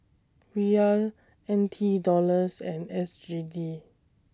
Riyal N T Dollars and S G D